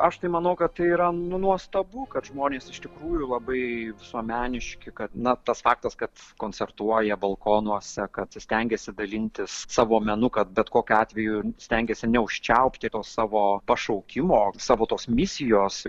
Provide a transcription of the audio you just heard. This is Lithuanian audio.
aš tai manau kad tai yra nu nuostabu kad žmonės iš tikrųjų labai visuomeniški kad na tas faktas kad koncertuoja balkonuose kad stengiasi dalintis savo menu kad bet kokiu atveju stengiasi neužčiaupti to savo pašaukimo savo tos misijos